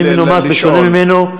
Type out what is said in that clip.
אני מלומד בשונה ממנו,